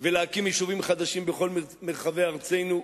ולהקים יישובים חדשים בכל מרחבי ארצנו,